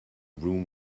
room